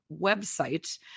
website